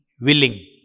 willing